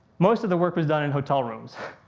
most of the work was done in hotel rooms.